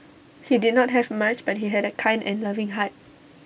he did not have much but he had A kind and loving heart